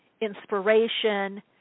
inspiration